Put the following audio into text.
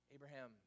Abraham